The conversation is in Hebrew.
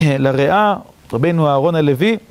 לריאה, רבינו אהרון הלוי